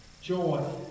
joy